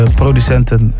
producenten